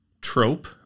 trope